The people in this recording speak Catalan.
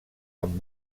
amb